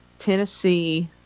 Tennessee